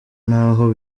n’aho